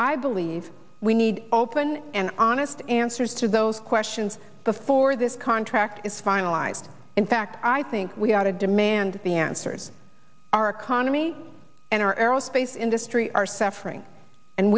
i believe we need open and honest answers to those questions before this contract is finalized in fact i think we ought to demand the answers our economy and our aerospace industry are suffering and